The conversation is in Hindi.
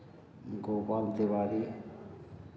गोपाल तिवारी